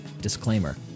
Disclaimer